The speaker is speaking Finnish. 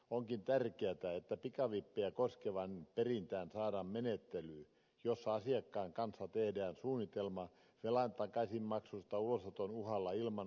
onkin tärkeätä että pikavippejä koskevaan perintään saadaan menettely jossa asiakkaan kanssa tehdään suunnitelma velan takaisinmaksusta ulosoton uhalla ilman oikeuskäsittelyä